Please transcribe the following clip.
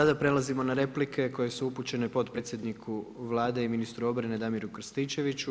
Sada prelazimo na replike koje su upućene potpredsjedniku Vlade i ministru obrane Damiru Krstičeviću.